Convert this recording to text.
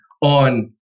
on